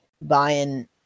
buying